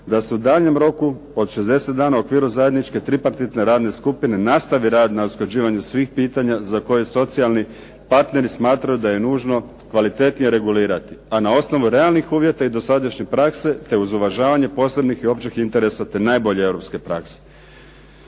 da se u daljnjem roku od 60 dana u sklopu zajedničke tripartitne radne skupine nastavi rad na usklađivanju svih pitanja za koje socijalni partneri smatraju da je nužnije kvalitetnije regulirati, a na osnovu realnih uvjeta i dosadašnje prakse te uz uvažavanje posebnih i općih interesa te najbolje Europske prakse.